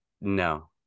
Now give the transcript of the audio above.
No